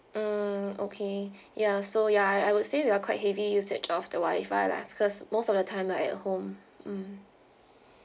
hmm okay ya so ya I I would say we are quite heavy usage of the wi-fi lah because most of the time we're at home mm